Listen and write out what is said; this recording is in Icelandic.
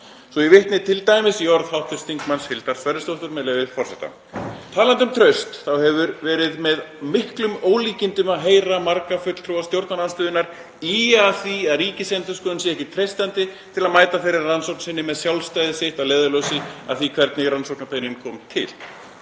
Svo ég vitni t.d. í orð hv. þm. Hildar Sverrisdóttur, með leyfi forseta: „Talandi um traust þá hefur verið með miklum ólíkindum að heyra marga fulltrúa stjórnarandstöðunnar ýja að því að Ríkisendurskoðun sé ekki treystandi til að mæta þeirri rannsókn sinni með sjálfstæði sitt að leiðarljósi af því hvernig rannsóknarbeiðnin kom til.“